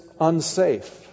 unsafe